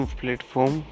platform